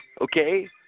Okay